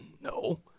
No